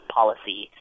policy